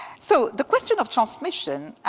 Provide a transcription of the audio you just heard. so the question of transmission,